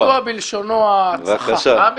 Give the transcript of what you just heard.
אלעזר ידוע בלשונו הצחה,